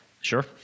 Sure